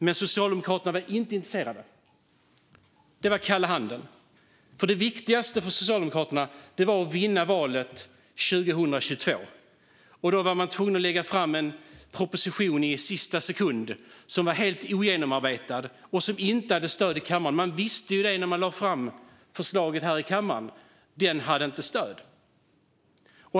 Men Socialdemokraterna var inte intresserade. Det var kalla handen. Det viktigaste för Socialdemokraterna var att vinna valet 2022, och då man var tvungen att lägga fram en proposition i sista sekunden som inte var genomarbetad och som inte hade stöd i kammaren. Man visste när man lade fram förslaget här i kammaren att det inte hade stöd.